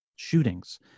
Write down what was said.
shootings